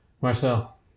Marcel